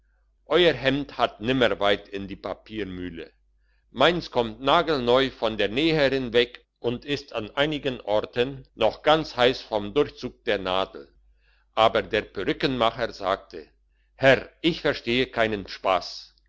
euer hemd hat nimmer weit in die papiermühle meins kommt nagelneu von der näherin weg und ist an einigen orten noch ganz heiss vom durchzug der nadel aber der perückenmacher sagte herr ich verstehe keinen spass